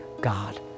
God